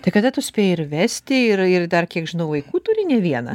tai kada tu spėjai ir vesti ir ir dar kiek žinau vaikų turi ne vieną